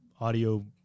audio